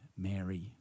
Mary